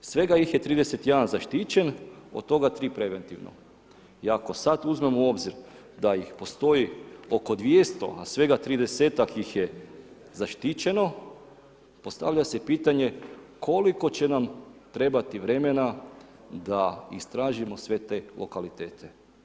Svega ih je 31 zaštićen, od 3 preventivna i ako sam uzmemo u obzir da ih postoji oko 200 a svega 30-ak ih je zaštićeno, postavlja se pitanje koliko će nam trebati vremena da istražimo sve te lokalitete.